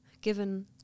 given